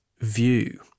view